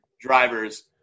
drivers